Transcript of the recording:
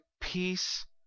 peace